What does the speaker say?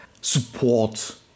support